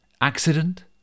Accident